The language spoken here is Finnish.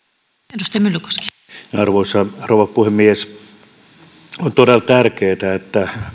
arvoisa rouva puhemies on todella tärkeätä että